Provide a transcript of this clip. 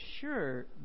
sure